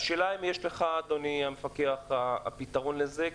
השאלה אם יש לך, אדוני המפקח, את הפתרון לזה?